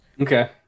Okay